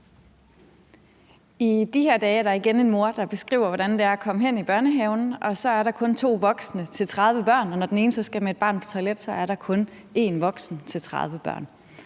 I de her dage er der igen en mor, der beskriver, hvordan det er at komme hen i børnehaven og der så kun er to voksne til 30 børn, og når den ene så skal med et barn på toilettet, er der kun én voksen til de andre